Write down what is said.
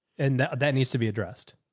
and that that needs to be addressed.